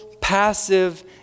passive